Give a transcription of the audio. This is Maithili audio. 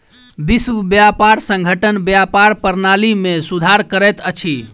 विश्व व्यापार संगठन व्यापार प्रणाली में सुधार करैत अछि